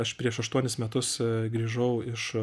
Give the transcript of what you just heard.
aš prieš aštuonis metus grįžau iš